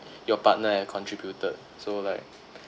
your partner have contributed so like